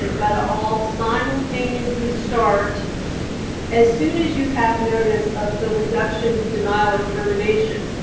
they've got to all simultaneously start as soon as you have notice of the reduction, denial, or termination.